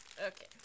Okay